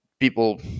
People